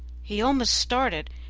he almost started,